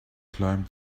climbed